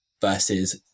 versus